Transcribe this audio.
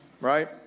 right